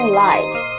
lives